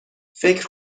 فکر